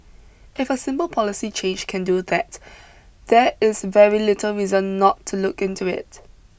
if a simple policy change can do that there is very little reason not to look into it